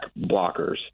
blockers